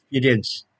experience